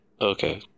Okay